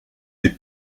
des